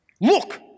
look